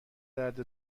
درد